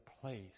place